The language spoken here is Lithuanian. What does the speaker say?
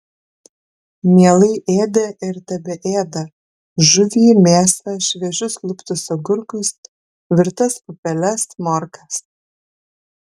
mielai ėdė ir tebeėda žuvį mėsą šviežius luptus agurkus virtas pupeles morkas